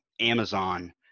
Amazon